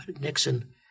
Nixon